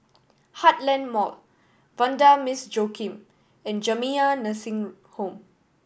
Heartland Mall Vanda Miss Joaquim and Jamiyah Nursing Home